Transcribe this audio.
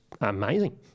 amazing